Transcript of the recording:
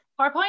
PowerPoint